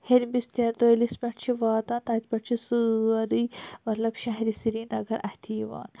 ہیٚرمِس تیتٲلِس پٮ۪ٹھ چھِ واتان تَتہِ پٮ۪ٹھ چھِ سٲری مَطلَب شہرِ سری نگَر اَتھہِ یِوان